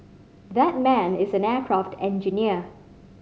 that man is an aircraft engineer